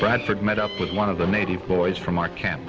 bradford met up with one of the native boys from our ca